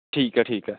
ਠੀਕ ਹੈ ਠੀਕ ਹੈ